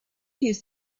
his